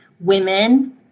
women